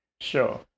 Sure